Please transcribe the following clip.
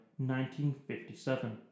1957